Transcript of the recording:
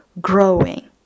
growing